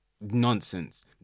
nonsense